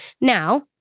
Now